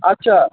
আচ্ছা